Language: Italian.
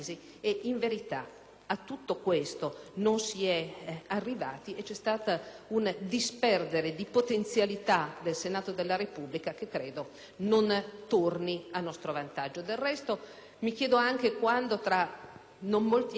a tutto questo non si è arrivati e vi è stata una dispersione di potenzialità del Senato della Repubblica che credo non torni a nostro vantaggio.